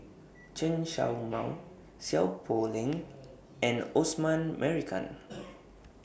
Chen Show Mao Seow Poh Leng and Osman Merican